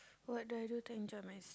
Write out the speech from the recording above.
what do I do to enjoy my